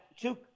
two